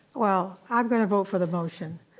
well, i'm gonna vote for the motion.